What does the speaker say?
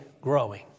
growing